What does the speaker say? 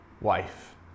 wife